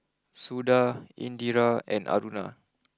Suda Indira and Aruna